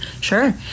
Sure